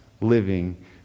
living